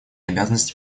обязанности